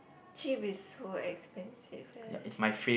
jeep is so expensive leh